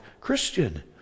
Christian